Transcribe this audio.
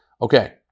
Okay